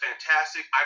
fantastic